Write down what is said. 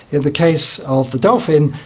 in the case of the dolphin,